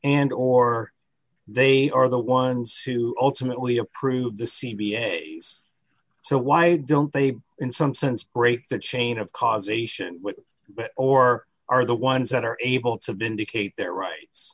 and or they are the ones who ultimately approve the c b a s so why don't they in some sense break the chain of causation or are the ones that are able to vindicate their rights